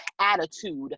attitude